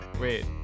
Wait